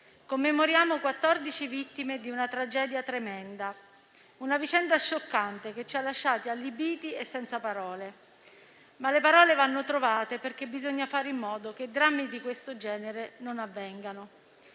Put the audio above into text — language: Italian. Commemoriamo quattordici vittime di una tragedia tremenda, una vicenda scioccante che ci ha lasciati allibiti e senza parole. Ma le parole vanno trovate, perché bisogna fare in modo che drammi di questo genere non avvengano.